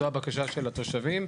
זו הבקשה של התושבים,